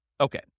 Okay